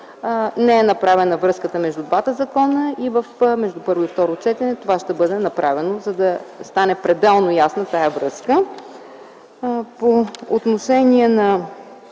Не е направена връзката между двата закона. Между първо и второ четене това ще бъде направено, за да стане ясна тази връзка.